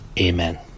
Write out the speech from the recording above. Amen